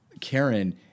Karen